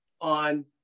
on